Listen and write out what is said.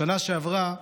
בשנה שעברה